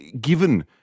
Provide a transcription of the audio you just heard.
Given